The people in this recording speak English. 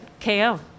KO